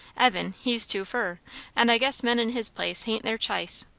evan, he's too fur and i guess men in his place hain't their ch'ice.